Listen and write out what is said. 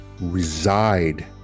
reside